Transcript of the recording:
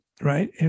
right